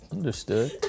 Understood